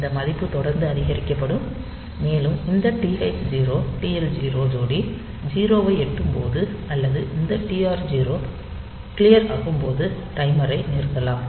இந்த மதிப்பு தொடர்ந்து அதிகரிக்கப்படும் மேலும் இந்த TH 0 TL 0 ஜோடி 0 ஐ எட்டும் போது அல்லது இந்த TR 0 க்ளியர் ஆகும் போது டைமரை நிறுத்தலாம்